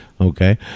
Okay